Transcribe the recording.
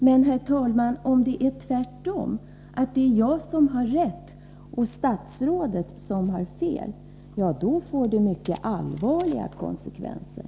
Men, herr talman, om det tvärtom är jag som har rätt och statsrådet som har fel, då får det mycket allvarliga konsekvenser.